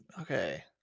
Okay